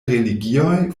religioj